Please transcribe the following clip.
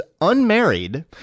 unmarried